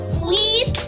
please